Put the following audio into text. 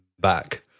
back